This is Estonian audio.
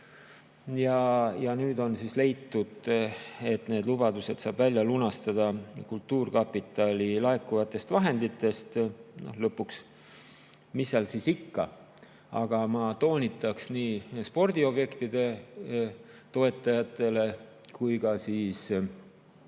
Nüüd on leitud, et need lubadused saab välja lunastada kultuurkapitali laekuvatest vahenditest. Lõpuks, mis seal siis ikka. Aga ma toonitaks nii spordiobjektide toetajatele kui ka teiste